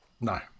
No